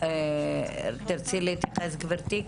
תרצי להתייחס, גברתי?